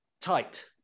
tight